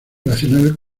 nacional